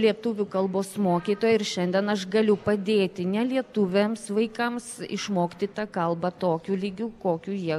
lietuvių kalbos mokytoja ir šiandien aš galiu padėti nelietuviams vaikams išmokti tą kalbą tokiu lygiu kokiu jie